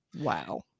Wow